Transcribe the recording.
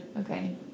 Okay